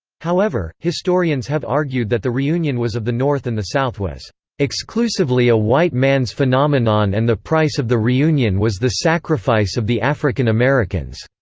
however, historians have argued that the reunion was of the north and the south was exclusively a white man's phenomenon and the price of the reunion was the sacrifice of the african americans